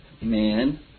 man